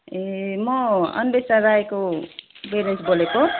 ए म अन्वेसा राईको पेरेन्ट्स बोलेको